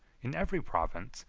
in every province,